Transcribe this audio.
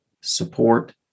support